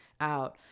out